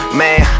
man